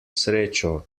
srečo